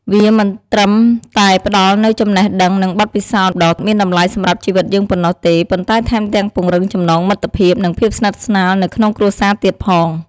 វាមិនត្រឹមតែផ្ដល់នូវចំណេះដឹង និងបទពិសោធន៍ដ៏មានតម្លៃសម្រាប់ជីវិតយើងប៉ុណ្ណោះទេ ប៉ុន្តែថែមទាំងពង្រឹងចំណងមិត្តភាព និងភាពស្និទ្ធស្នាលនៅក្នុងគ្រួសារទៀតផង។